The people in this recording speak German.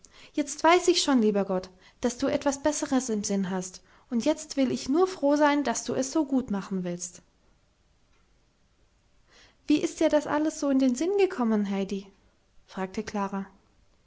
jetzt weiß ich schon lieber gott daß du etwas besseres im sinn hast und jetzt will ich nur froh sein daß du es so gut machen willst wie ist dir das alles so in den sinn gekommen heidi fragte klara